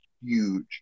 huge